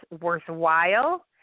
worthwhile